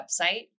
website